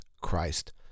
Christ